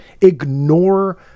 Ignore